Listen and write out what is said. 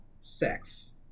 sex